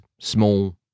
small